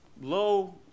Low